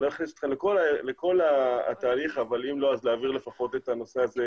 אני לא אכניס אתכם לכל התהליך לפחות להעביר את הנושא הזה.